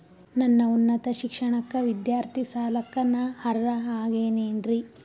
ನನ್ನ ಉನ್ನತ ಶಿಕ್ಷಣಕ್ಕ ವಿದ್ಯಾರ್ಥಿ ಸಾಲಕ್ಕ ನಾ ಅರ್ಹ ಆಗೇನೇನರಿ?